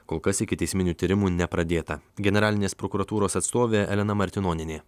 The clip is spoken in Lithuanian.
kol kas ikiteisminių tyrimų nepradėta generalinės prokuratūros atstovė elena martinonienė